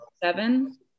seven